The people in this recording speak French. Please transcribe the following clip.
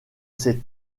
ses